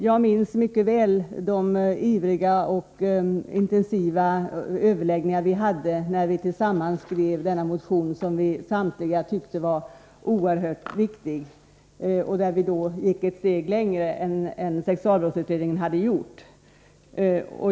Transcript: Jag minns mycket väl med vilken iver och vilken intensitet vi överlade när vi skrev denna motion. Samtliga tyckte vi att den var oerhört viktig. I motionen gick vi ett steg längre än vad sexualbrottsutredningen hade gjort.